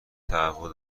تهوع